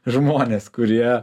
žmonės kurie